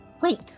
Wait